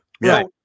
Right